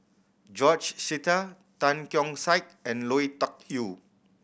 George Sita Tan Keong Saik and Lui Tuck Yew